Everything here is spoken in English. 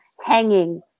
hanging